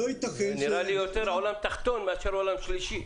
זה נראה לי יותר עולם תחתון מאשר עולם שלישי.